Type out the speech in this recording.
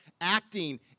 acting